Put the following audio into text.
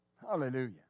Hallelujah